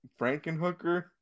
Frankenhooker